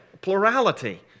Plurality